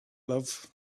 love